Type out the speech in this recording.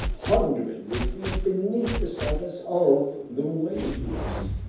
hundreds of feet beneath the surface of the waves!